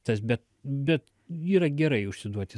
tas bet bet yra gerai užsiduoti